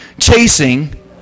chasing